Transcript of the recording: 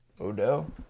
Odell